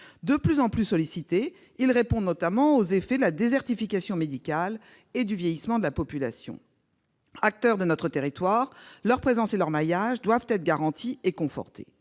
De plus en plus sollicités, ils répondent notamment aux effets de la désertification médicale et du vieillissement de la population. Acteurs de notre territoire, leur présence et leur maillage doivent être garantis et confortés.